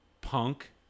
punk